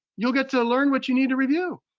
you'll get to learn what you need to review.